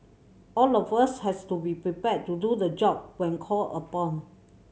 all of us has to be prepared to do the job when called upon